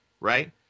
right